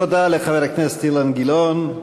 תודה לחבר הכנסת אילן גילאון.